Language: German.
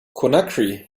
conakry